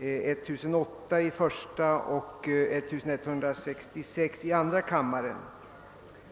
1008 i första kammaren; och 1166 i andra kammaren.